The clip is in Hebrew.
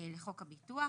לחוק הביטוח,